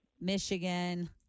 Michigan